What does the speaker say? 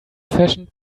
fashioned